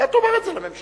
אתה תאמר את זה לממשלה.